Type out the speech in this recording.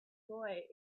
boy